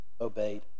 obeyed